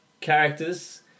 Characters